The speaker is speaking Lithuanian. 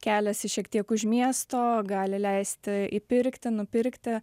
keliasi šiek tiek už miesto gali leisti įpirkti nupirkti